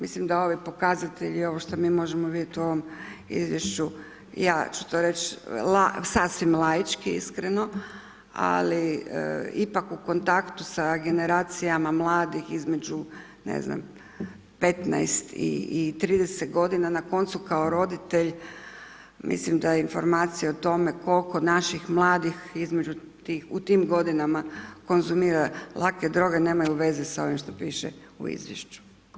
Mislim da ovi pokazatelji i ovo što mi možemo vidjeti u ovom izvješću ja ću to reći sasvim laički, iskreno ali ipak u kontaktu sa generacijama mladih između, ne znam 15 i 30 godina na koncu kao roditelj mislim da informacija o tome koliko naših mladih u tim godinama konzumira lake droge, nemaju veze sa ovim što piše u izvješću.